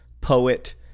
poet